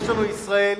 יש לנו: ישראל